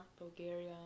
Bulgaria